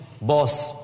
boss